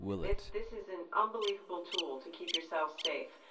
this this is an unbelievable tool to keep yourself safe.